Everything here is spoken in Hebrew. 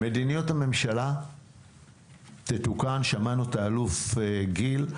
מדיניות הממשלה תתוקן, שמענו את האלוף גיל,